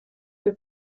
que